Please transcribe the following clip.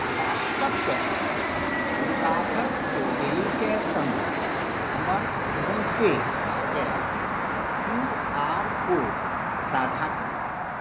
व्हाट्सएपपर दुर्गाधर चौधरीकेँ सङ्ग हमर फोन पेके क्यू आर कोड साझा करू